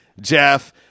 Jeff